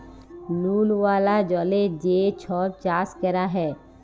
লুল ওয়ালা জলে যে ছব চাষ ক্যরা হ্যয়